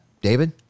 David